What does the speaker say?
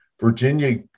Virginia